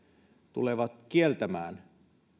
tulevat kieltämään